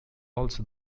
also